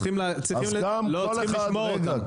צריך לשמור אותם.